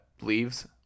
leaves